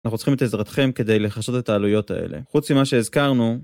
אנחנו צריכים את עזרתכם כדי לכסות את העלויות האלה. חוץ ממה שהזכרנו...